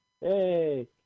Hey